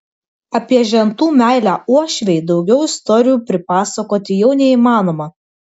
apie žentų meilę uošvei daugiau istorijų pripasakoti jau neįmanoma